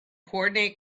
coordinate